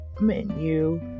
menu